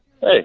hey